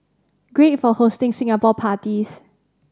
great for hosting Singapore parties